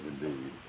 indeed